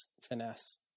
finesse